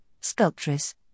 Sculptress